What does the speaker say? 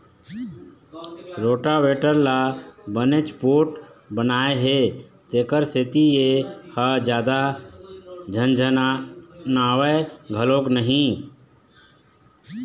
rotavator ल बनेच पोठ बनाए हे तेखर सेती ए ह जादा झनझनावय घलोक नई